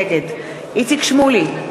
נגד איציק שמולי,